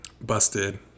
busted